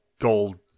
gold